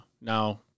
now